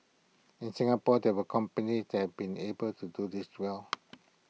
in Singapore there are companies that been able to do this well